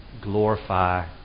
Glorify